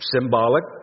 symbolic